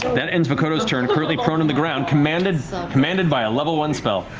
that ends vokodo's turn, currently prone on the ground, commanded so commanded by a level one spell.